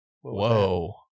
Whoa